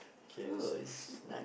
okay this is not